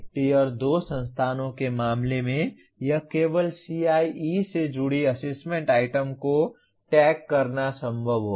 tier 2 संस्थानों के मामले में यह केवल CIE से जुड़ी असेसमेंट आइटम को टैग करना संभव होगा